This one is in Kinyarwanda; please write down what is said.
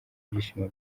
ibyishimo